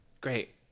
Great